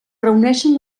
reuneixen